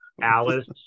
Alice